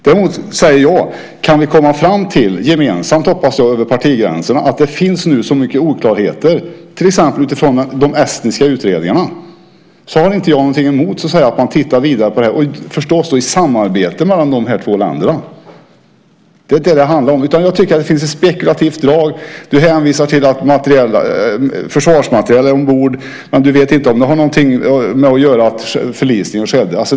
Däremot, säger jag, att om vi gemensamt över partigränserna, hoppas jag, kan komma fram till att det nu finns så mycket oklarheter, till exempel utifrån de estniska utredningarna, har jag inte någonting emot att man ser vidare på det här, då förstås i samarbete mellan de två länderna. Jag tycker att det finns ett spekulativt drag. Du hänvisar till att försvarsmateriel fanns ombord, men du vet inte om det hade något att göra med att förlisningen skedde.